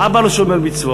האבא לא שומר מצוות,